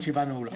הישיבה נעולה.